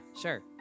sure